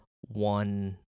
one